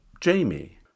Jamie